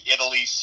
Italy